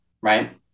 right